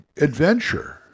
adventure